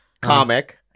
comic